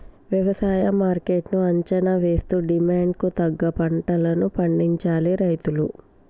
వ్యవసాయ మార్కెట్ ను అంచనా వేస్తూ డిమాండ్ కు తగ్గ పంటలను పండించాలి రైతులు